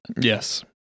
Yes